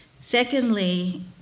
Secondly